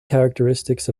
characteristics